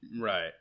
Right